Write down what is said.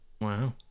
Wow